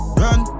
run